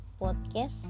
podcast